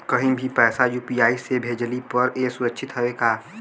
कहि भी पैसा यू.पी.आई से भेजली पर ए सुरक्षित हवे का?